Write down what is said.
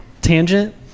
Tangent